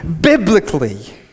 Biblically